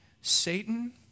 Satan